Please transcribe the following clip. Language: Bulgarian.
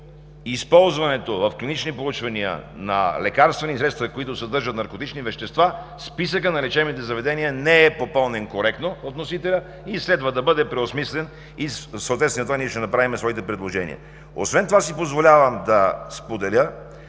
използването в клинични проучвания на лекарствени средства, които съдържат наркотични вещества, списъкът на лечебните заведения не е попълнен коректно от вносителя и следва да бъде преосмислен. В съответствие на това ние ще направим своите предложения. Освен това си позволявам да споделя,